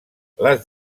les